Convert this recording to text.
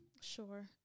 Sure